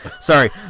Sorry